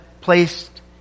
placed